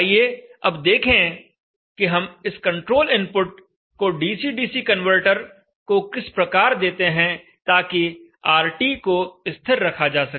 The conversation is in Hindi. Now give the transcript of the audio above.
आइए अब देखें कि हम इस कंट्रोल इनपुट को डीसी डीसी कनवर्टर को किस प्रकार देते हैं ताकि RT को स्थिर रखा जा सके